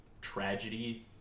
tragedy